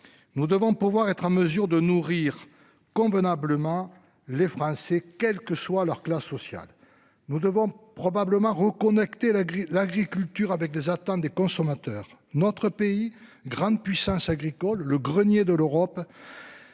Nous devons pouvoir être en mesure de nourrir convenablement les Français quelle que soit leur classe sociale. Nous devons probablement reconnecter la l'agriculture avec des attentes des consommateurs. Notre pays, grande puissance agricole le grenier de l'Europe.